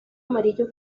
amarillo